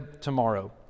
tomorrow